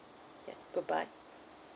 ya bye bye